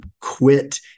quit